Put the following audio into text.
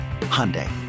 Hyundai